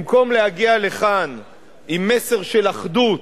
במקום להגיע לכאן עם מסר של אחדות,